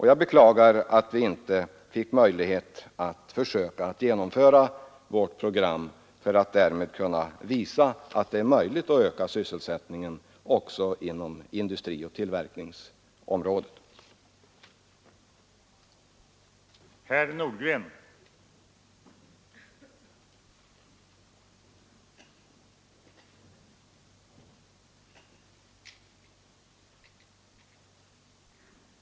Jag beklagar att vi inte fick möjlighet att försöka genomföra vårt program, för att därmed kunna visa att det är möjligt att öka sysselsättningen också inom tillverkningsområdet.